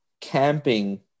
camping